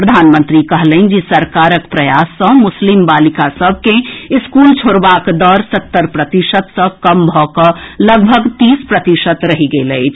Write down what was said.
प्रधानमंत्री कहलनि जे सरकारक प्रयास सँ मुस्लिम बालिका सभ के स्कूल छोड़बाक दर सत्तर प्रतिशत सँ कम भऽ कऽ लगभग तीस प्रतिशत रहि गेल अछि